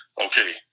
okay